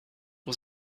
was